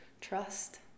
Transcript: trust